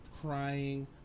crying